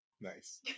nice